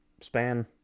span